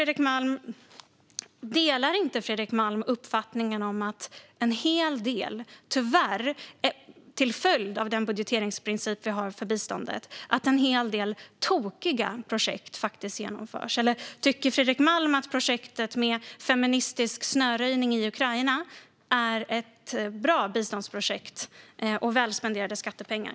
Delar inte Fredrik Malm uppfattningen att en del tokiga projekt genomförs till följd av budgeteringsprincipen för biståndet? Eller tycker Fredrik Malm att projektet med feministisk snöröjning i Ukraina är ett bra biståndsprojekt och väl spenderade skattepengar?